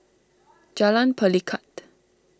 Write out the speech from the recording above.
Jalan Pelikat